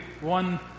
one